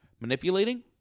manipulating